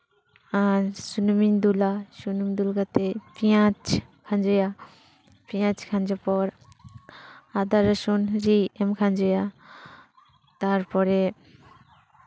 ᱟᱨ ᱥᱩᱱᱩᱢᱤᱧ ᱫᱩᱞᱟ ᱥᱩᱱᱩᱢ ᱫᱩᱞ ᱠᱟᱛᱮᱫ ᱯᱮᱸᱭᱟᱡᱽ ᱠᱷᱟᱸᱡᱚᱭᱟ ᱯᱮᱸᱭᱟᱡᱽ ᱠᱷᱟᱸᱡᱚ ᱯᱚᱨ ᱟᱫᱟ ᱨᱟᱥᱩᱱ ᱨᱤᱫ ᱮᱢ ᱠᱷᱟᱸᱡᱚᱭᱟ ᱛᱟᱨᱯᱚᱨᱮ